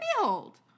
behold